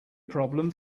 problem